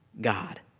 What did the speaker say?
God